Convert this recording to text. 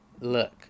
Look